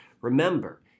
remember